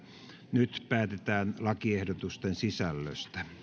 nyt päätetään lakiehdotusten sisällöstä